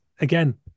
again